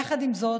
יחד עם זאת,